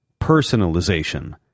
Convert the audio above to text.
Personalization